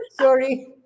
Sorry